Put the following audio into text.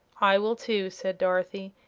i will, too, said dorothy,